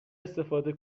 استفاده